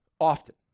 often